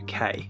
UK